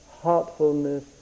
heartfulness